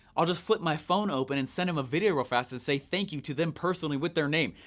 i'll just flip my phone open and send them a video real fast and say thank you to them personally with their name.